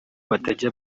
batajya